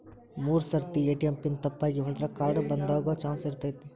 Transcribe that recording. ಮೂರ್ ಸರ್ತಿ ATM PIN ತಪ್ಪಾಗಿ ಹೊಡದ್ರ ಕಾರ್ಡ್ ಬಂದಾಗೊ ಚಾನ್ಸ್ ಇರ್ತೈತಿ